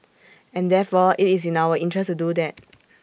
and therefore IT is in our interest to do that